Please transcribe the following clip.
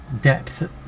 depth